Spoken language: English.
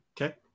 Okay